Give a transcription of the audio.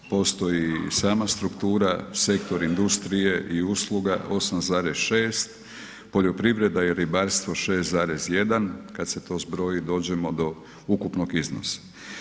Naravno postoji i sama struktura, sektor industrije i usluga, 8,6, poljoprivreda i ribarstvo 6,1, kad se to zbroji dođemo do ukupnog iznosa.